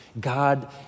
God